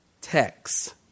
text